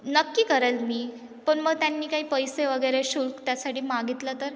नक्की करेल मी पण मग त्यांनी काही पैसे वगैरे शुल्क त्यासाठी मागितलं तर